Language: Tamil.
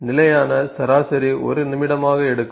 நிலையான சராசரி 1 நிமிடமாக எடுக்கும்